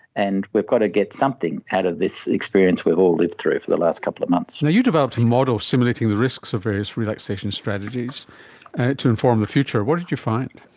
and we've got to get something out of this experience we've all lived through for the last couple of months. you developed a model simulating the risks of various relaxation strategies to inform the future. what did you find?